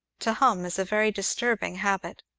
to hum is a very disturbing habit!